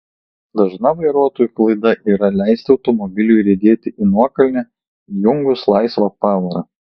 dažna vairuotojų klaida yra leisti automobiliui riedėti į nuokalnę įjungus laisvą pavarą